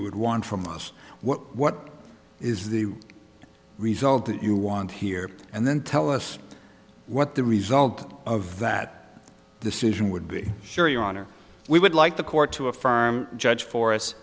would want from us what what is the result that you want here and then tell us what the result of that decision would be sure your honor we would like the court to affirm judge for us